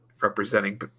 representing